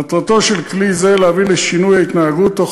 מטרתו של כלי זה להביא לשינוי ההתנהגות תוך